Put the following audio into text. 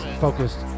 focused